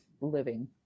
living